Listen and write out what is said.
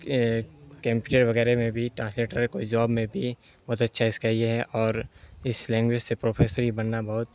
computer وغیرہ میں بھی ٹرانسلیٹر کا کوئی جاب میں بھی بہت اچھا اس کا یہ ہے اور اس لینگویج سے پروفیسر بھی بننا بہت